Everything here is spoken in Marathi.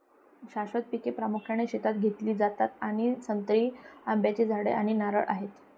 शाश्वत पिके प्रामुख्याने शेतात घेतली जातात आणि संत्री, आंब्याची झाडे आणि नारळ आहेत